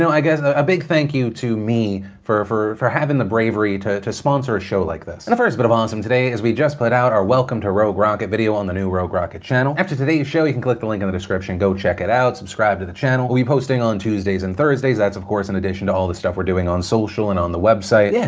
i guess a big thank you to me for for having the bravery to to sponsor a show like this. and the first bit of awesome today is we just put out our welcome to rogue rocket video on the new rogue rocket channel. after today's show, you can click the link in and the description. go check it out, subscribe to the channel. we'll be posting on tuesdays and thursdays. that's, of course, in addition to all the stuff we're doing on social and on the website. yeah,